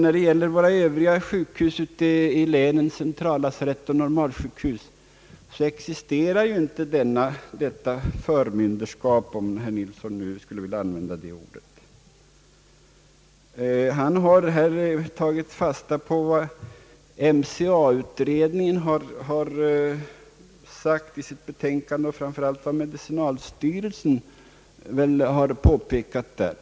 När det gäller våra övriga sjukhus ute i länen — centrallasarett och normalsjukhus — existerar inte detta förmynderskap, om herr Nilsson skulle vilja använda det ordet. Herr Nilsson har tagit fasta på vad MCA-utredningen har sagt i sitt betänkande och framför allt vad medicinalstyrelsen har påpekat där.